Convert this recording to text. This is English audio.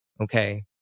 okay